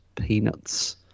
peanuts